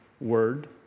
word